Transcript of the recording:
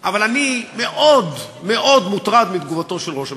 אבל אני מאוד מאוד מוטרד מתגובתו של ראש הממשלה,